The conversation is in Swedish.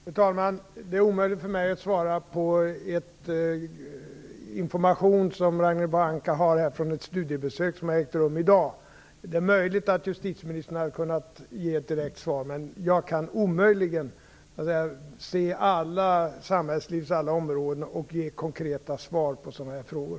Fru talman! Det är omöjligt för mig att svara på en fråga som bygger på information som Ragnhild Pohanka har från ett studiebesök som ägt rum i dag. Det är möjligt att justitieministern hade kunnat ge ett direkt svar, men jag kan omöjligen se samhällslivets alla områden och ge konkreta svar på sådana här frågor.